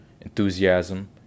enthusiasm